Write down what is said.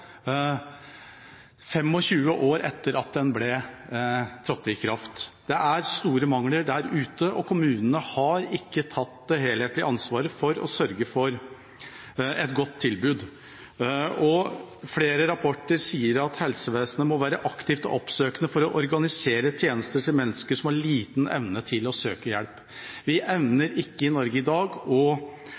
år etter at den trådte i kraft. Det er store mangler der ute, og kommunene har ikke tatt det helhetlige ansvaret for å sørge for et godt tilbud. Flere rapporter sier at helsevesenet må være aktivt og oppsøkende for å organisere tjenester til mennesker som har liten evne til å søke hjelp. Vi evner ikke i Norge i dag